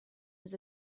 his